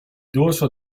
dorso